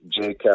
JCap